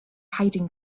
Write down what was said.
hiding